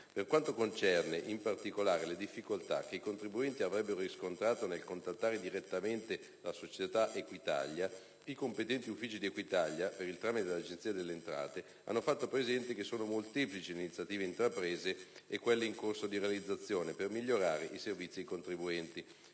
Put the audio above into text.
Per quanto concerne, in particolare, le difficoltà che i contribuenti avrebbero riscontrato nel contattare direttamente la società Equitalia, i competenti uffici di Equitalia, per il tramite dell'Agenzia delle entrate, hanno fatto presente che sono molteplici le iniziative intraprese e quelle in corso di realizzazione per migliorare i servizi ai contribuenti.